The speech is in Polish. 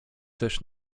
też